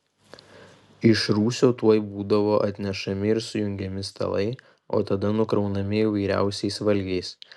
iš rūsio tuoj būdavo atnešami ir sujungiami stalai o tada nukraunami įvairiausiais valgiais